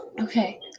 Okay